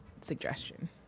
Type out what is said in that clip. suggestion